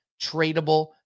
tradable